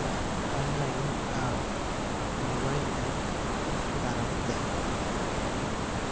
online ᱟᱨ mobile app ᱫᱟᱨᱟᱭᱛᱮ